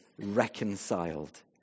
reconciled